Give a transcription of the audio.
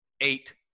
eight